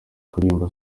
kuririmba